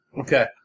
Okay